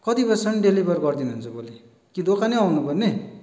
कति बजीसम्म डेलिभर गरिदिनु हुन्छ भोलि कि दोकानै आउनु पर्ने